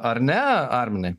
ar ne arminai